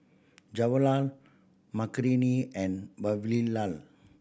Makineni and Vavilala